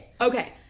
okay